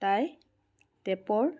তাই টেপৰ